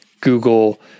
Google